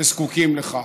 וזקוקים לכך.